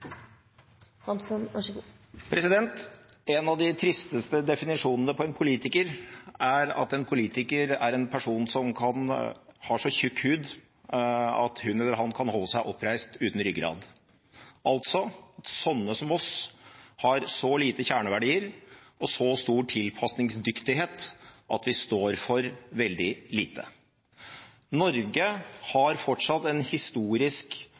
at en politiker er en person som har så tjukk hud at hun eller han kan holde seg oppreist uten ryggrad – altså at sånne som oss har så få kjerneverdier og så stor tilpasningsdyktighet at vi står for veldig lite. Norge har fortsatt en historisk